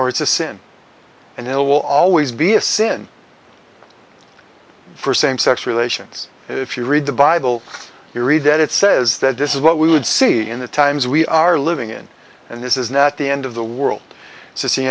or it's a sin and it will always be a sin for same sex relations if you read the bible you read that it says that this is what we would see in the times we are living in and this is not the end of the world